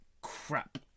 crap